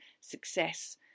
success